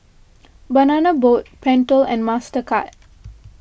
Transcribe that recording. Banana Boat Pentel and Mastercard